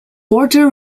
porter